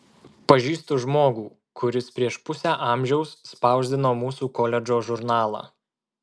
pažįstu žmogų kuris prieš pusę amžiaus spausdino mūsų koledžo žurnalą